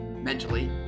mentally